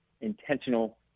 intentional